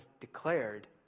declared